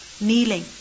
Kneeling